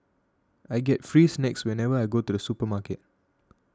I get free snacks whenever I go to the supermarket